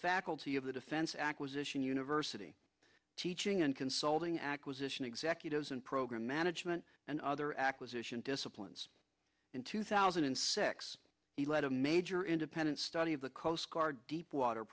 faculty of the defense acquisition university teaching and consulting acquisition executives and program management and other acquisition disciplines in two thousand and six he led a major independent study of the coast guard deepwater